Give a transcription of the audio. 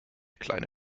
kleine